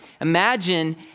Imagine